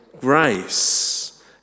grace